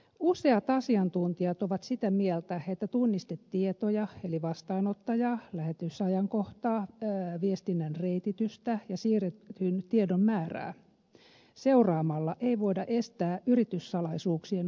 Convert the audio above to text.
useat asiantuntijat ovat sitä mieltä että tunnistetietoja eli vastaanottajaa lähetysajankohtaa viestinnän reititystä ja siirretyn tiedon määrää seuraamalla ei voida estää yrityssalaisuuksien vuotamista